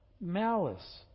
malice